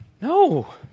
No